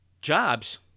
jobs